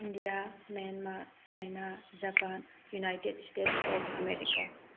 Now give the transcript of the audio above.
India Myanmar China Japan United States of America